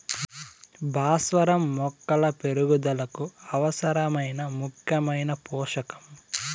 భాస్వరం మొక్కల పెరుగుదలకు అవసరమైన ముఖ్యమైన పోషకం